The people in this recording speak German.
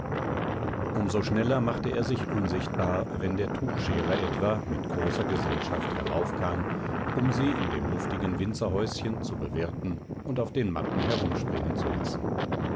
um so schneller machte er sich unsichtbar wenn der tuchscherer etwa mit großer gesellschaft heraufkam um sie in dem luftigen winzerhäuschen zu bewirten und auf den matten herumspringen zu lassen